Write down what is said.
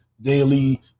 daily